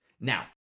Now